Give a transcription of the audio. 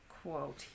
quote